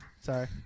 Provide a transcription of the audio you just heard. Sorry